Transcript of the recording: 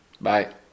Bye